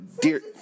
dear